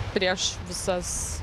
prieš visas